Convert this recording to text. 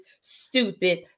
stupid